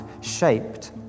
shaped